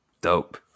Dope